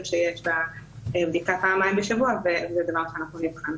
שיש לבדיקה פעמיים בשבוע וזה דבר שאנחנו נבחן.